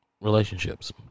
relationships